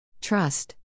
Trust